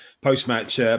post-match